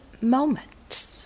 moment